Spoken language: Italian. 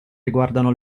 riguardano